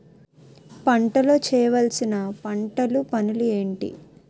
పంటలో చేయవలసిన పంటలు పనులు ఏంటి?